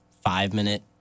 five-minute